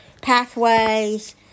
Pathways